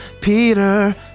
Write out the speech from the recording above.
Peter